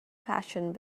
fashioned